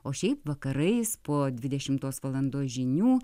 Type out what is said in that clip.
o šiaip vakarais po dvidešimtos valandos žinių